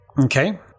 Okay